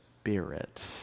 Spirit